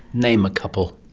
name a couple.